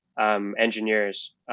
engineers